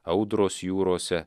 audros jūrose